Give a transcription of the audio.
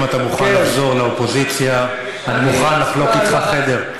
אם אתה מוכן לחזור לאופוזיציה אני מוכן לחלוק אתך חדר.